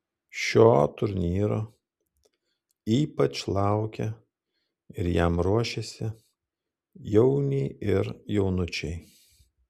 šio turnyro ypač laukia ir jam ruošiasi jauniai ir jaunučiai